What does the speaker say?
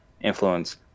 influence